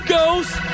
Ghost